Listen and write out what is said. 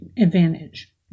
advantage